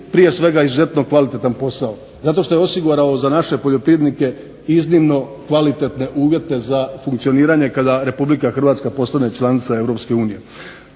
prije svega izuzetno kvalitetan posao zato što je osigurao za naše poljoprivrednike iznimno kvalitetne uvjete za funkcioniranje kada Republika Hrvatska postane članica